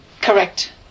Correct